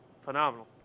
Phenomenal